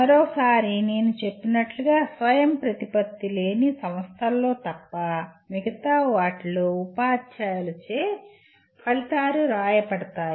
మరోసారి నేను చెప్పినట్లుగా స్వయంప్రతిపత్తి లేని సంస్థలలో తప్ప మిగతా వాటిలో ఉపాధ్యాయులచే ఫలితాలు రాయబడతాయి